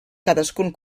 cadascun